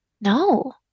No